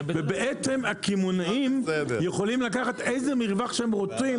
ובעצם הקמעונאים יכולים לקחת איזה מרווח שהם רוצים,